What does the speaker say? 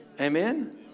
Amen